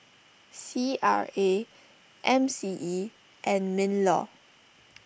C R A M C E and MinLaw